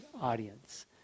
audience